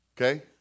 Okay